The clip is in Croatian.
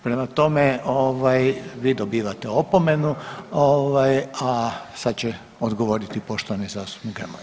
Prema tome, vi dobivate opomenu, a sad će odgovoriti poštovani zastupnik Grmoja.